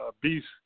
beast